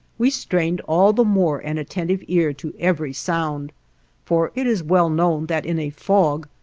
we strained all the more an attentive ear to every sound for it is well known that in a fog,